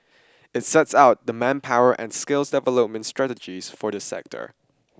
it sets out the manpower and skills development strategies for the sector